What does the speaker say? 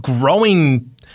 growing